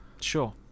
Sure